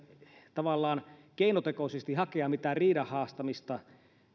tavallaan keinotekoisesti hakea mitään riidan haastamista